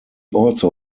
also